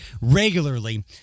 regularly